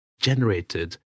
generated